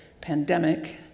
pandemic